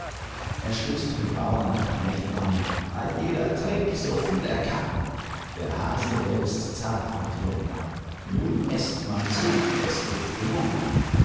er stößt mit bauern und knechten an ein jeder trink so viel er kann der hase der ist zart und jung nun eßt man zu es gibt genung